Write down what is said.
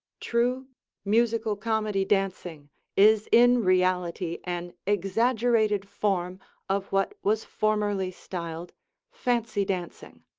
true musical comedy dancing is in reality an exaggerated form of what was formerly styled fancy dancing.